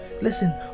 Listen